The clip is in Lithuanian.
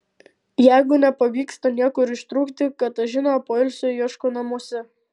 jeigu nepavyksta niekur ištrūkti katažina poilsio ieško namuose